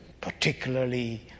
Particularly